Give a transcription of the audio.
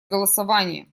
голосования